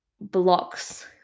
blocks